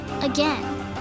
Again